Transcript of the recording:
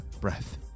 breath